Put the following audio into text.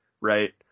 right